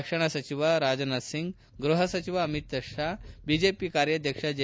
ರಕ್ಷಣಾ ಸಚಿವ ರಾಜನಾಥ್ ಸಿಂಗ್ ಗೃಹ ಸಚಿವ ಅಮಿತ್ ಷಾ ಬಿಜೆಪಿ ಕಾರ್ಯಾಧ್ಯಕ್ಷ ಜೆ